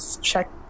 check